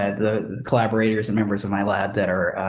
and the collaborators and members of my lab that are,